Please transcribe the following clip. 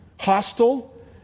Hostile